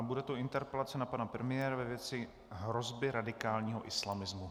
Bude to interpelace na pana premiéra ve věci hrozby radikálního islamismu.